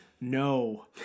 no